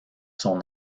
son